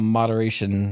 moderation